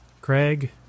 Craig